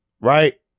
Right